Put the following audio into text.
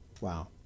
wow